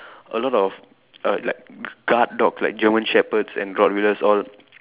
a lot of err like guard dogs like German Shepherds and Rottweilers all